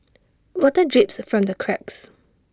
water drips from the cracks